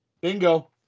Bingo